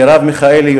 מרב מיכאלי,